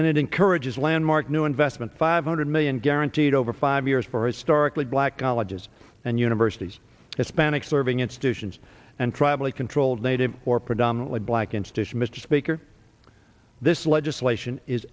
and it encourages landmark new investment five hundred million guaranteed over five years for historically black colleges and universities hispanic serving institutions and tribally controlled native or predominately black institution mr speaker this legislation is